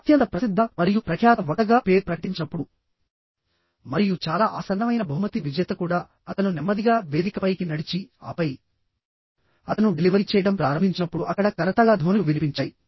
అత్యంత ప్రసిద్ధ మరియు ప్రఖ్యాత వక్తగా పేరు ప్రకటించినప్పుడు మరియు చాలా ఆసన్నమైన బహుమతి విజేత కూడా అతను నెమ్మదిగా వేదికపైకి నడిచి ఆపై అతను డెలివరీ చేయడం ప్రారంభించినప్పుడు అక్కడ కరతాళ ధ్వనులు వినిపించాయి